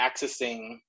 accessing